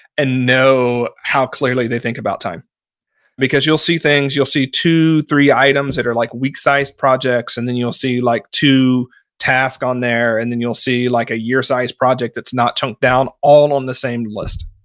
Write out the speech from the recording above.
and know how clearly they think about time because you'll see things. you'll see two, three items that are like week-sized projects and then you'll see like two task on there and then you'll see like a year-sized project that's not chunked down all on the same list.